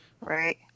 Right